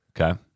okay